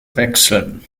wechseln